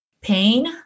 pain